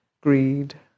greed